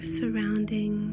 surrounding